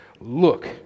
Look